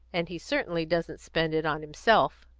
and he certainly doesn't spend it on himself.